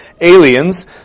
aliens